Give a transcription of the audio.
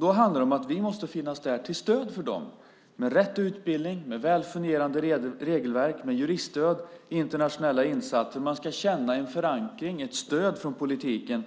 Då handlar det om att vi måste finnas där till stöd för dem, med rätt utbildning, med väl fungerande regelverk och med juriststöd i internationella insatser. Man ska känna en förankring i och ett stöd från politiken.